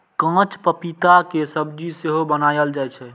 कांच पपीता के सब्जी सेहो बनाएल जाइ छै